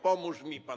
Pomóż mi pan.